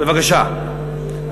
בבקשה,